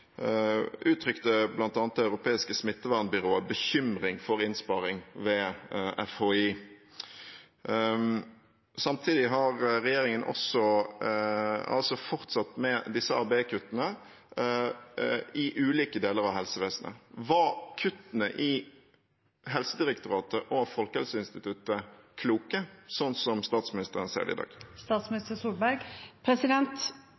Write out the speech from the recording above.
uttrykte bl.a. Det europeiske smittevernbyrået bekymring for innsparinger ved FHI. Samtidig har regjeringen fortsatt med disse ABE-kuttene i ulike deler av helsevesenet. Var kuttene i Helsedirektoratet og Folkehelseinstituttet kloke, slik statsministeren ser det i dag?